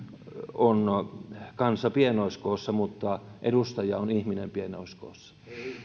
on kansa pienoiskoossa mutta edustaja on ihminen pienoiskoossa